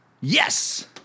yes